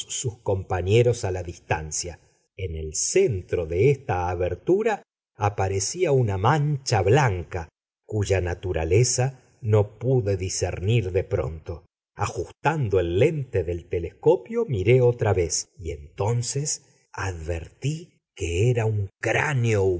sus compañeros a la distancia en el centro de esta abertura aparecía una mancha blanca cuya naturaleza no pude discernir de pronto ajustando el lente del telescopio miré otra vez y entonces advertí que era un cráneo